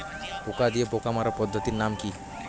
পোকা দিয়ে পোকা মারার পদ্ধতির নাম কি?